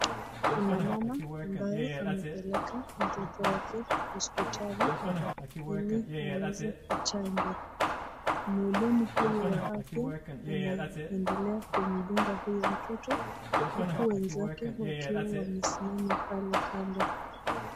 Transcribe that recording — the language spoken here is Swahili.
Kuna mama ambayo amepeleka mtoto hospitali ili aweze kuchanjwa, mhudumu huyu wa afya anaendelea kumdunga huyo mtoto huku wenzake wakiwa wamesimama pale kando.